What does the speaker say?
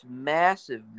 massive